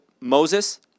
Moses